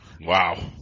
Wow